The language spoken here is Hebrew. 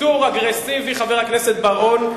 חבר הכנסת בר-און,